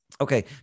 Okay